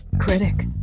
critic